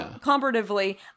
comparatively